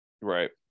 Right